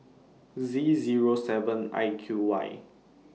Z Zero seven I Q Y